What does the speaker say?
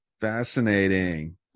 Fascinating